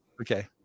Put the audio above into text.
okay